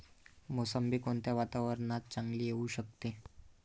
मोसंबी कोणत्या वातावरणात चांगली येऊ शकते?